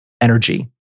energy